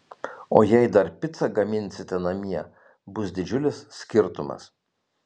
o jei dar picą gaminsite namie bus didžiulis skirtumas